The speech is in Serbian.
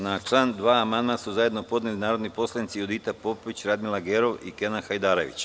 Na član 2. amandman su zajedno podneli narodni poslanici Judita Popović, Radmila Gerov i Kenan Hajdarević.